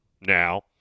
now